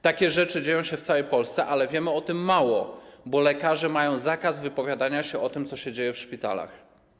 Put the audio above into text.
Takie rzeczy dzieją się w całej Polsce, ale wiemy o tym mało, bo lekarze mają zakaz wypowiadania się o tym, co dzieje się w szpitalach.